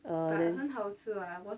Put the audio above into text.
err then